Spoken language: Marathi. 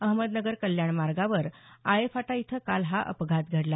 अहमदनगर कल्याण मार्गावर आळेफाटा इथं काल हा अपघात घडला